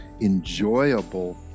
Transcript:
enjoyable